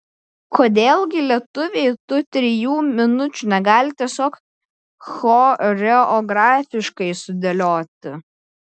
kodėl gi lietuviai tų trijų minučių negali tiesiog choreografiškai sudėlioti